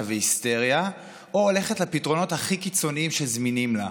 והיסטריה או הולכת לפתרונות הכי קיצוניים שזמינים לה.